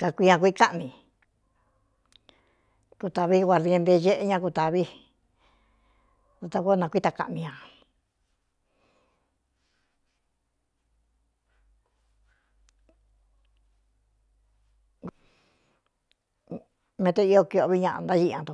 kakui ña kui káꞌni kutāvi guardien nte ñeꞌe ña kutāvi da ta koó nakuíta kaꞌni ñāmete io kioꞌo vi ñaꞌa ntáiꞌ ña nto.